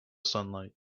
sunlight